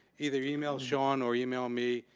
either email shawn or email me,